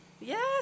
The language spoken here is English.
yes